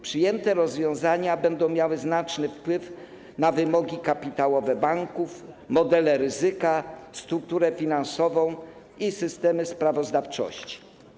Przyjęte rozwiązania będą miały znaczący wpływ na wymogi kapitałowe banków, modele ryzyka, strukturę finansową i systemy sprawozdawczości.